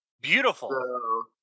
Beautiful